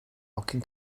hogyn